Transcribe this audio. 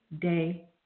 day